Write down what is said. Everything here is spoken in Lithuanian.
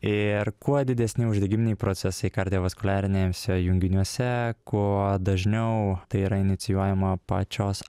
ir kuo didesni uždegiminiai procesai kardiovaskuliariniuose junginiuose kuo dažniau tai yra inicijuojama pačios